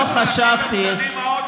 אם הוא היה בקדימה, אבל לא חשבתי,